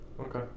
Okay